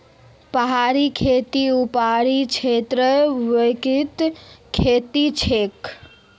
पहाड़ी खेती ऊपरी क्षेत्रत व्यापक खेती छे